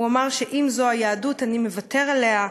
הוא אמר: אם זו היהדות, אני מוותר עליה.